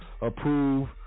approve